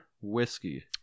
whiskey